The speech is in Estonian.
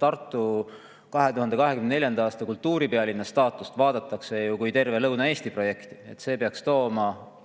Tartu 2024. aasta kultuuripealinna staatust vaadatakse kui terve Lõuna-Eesti projekti. See peaks tooma